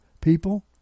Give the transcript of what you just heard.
people